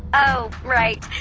oh right,